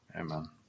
Amen